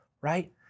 right